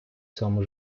цьому